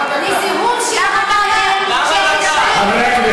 אתם מפסיקים את החשמל וגורמים לזיהום של המים,